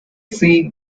see